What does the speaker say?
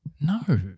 No